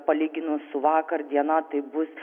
palyginus su vakar diena tai bus